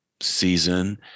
season